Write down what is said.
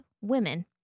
women